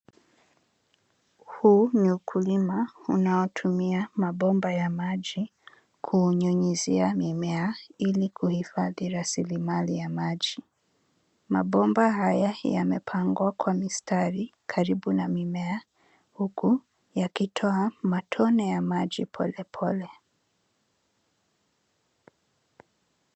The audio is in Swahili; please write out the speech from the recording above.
Huu ni ukulima, unaotumia mabomba ya maji, kunyunyizia mimea, ili kuhifadhi rasilimali ya maji. Mabomba haya, yamepangwa, kwa mistari, karibu na mimea, huku, yakitoa, matone ya maji polepole.